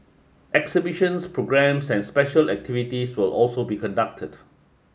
exhibitions programmes and special activities will also be conducted